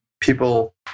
people